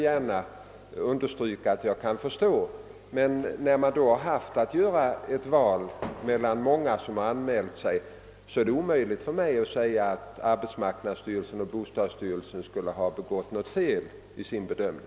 Men det har gällt att välja mellan många som anmält sina krav, och det är omöjligt för mig att säga att arbetsmarknadsstyrelsen och bostadssyrelsen skulle ha begått något fel vid denna bedömning.